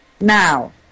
Now